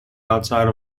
outside